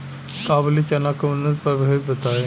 काबुली चना के उन्नत प्रभेद बताई?